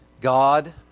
God